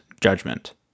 judgment